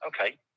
Okay